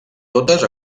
totes